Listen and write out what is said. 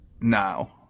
now